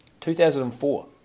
2004